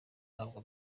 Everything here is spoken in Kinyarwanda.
ntabwo